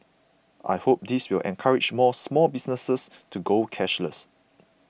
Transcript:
I hope this will encourage more small businesses to go cashless